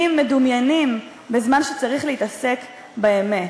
מבנים מדומיינים, בזמן שצריך להתעסק בָּאמת.